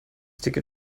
ticket